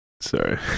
Sorry